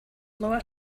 lower